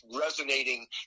resonating